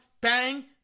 Bang